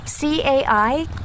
CAI